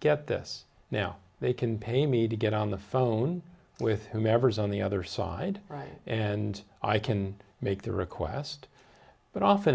get this now they can pay me to get on the phone with whomever is on the other side and i can make the request but often